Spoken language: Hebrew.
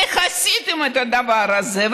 איך עשיתם את הדבר הזה,